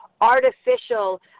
artificial